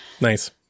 nice